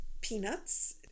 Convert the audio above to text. peanuts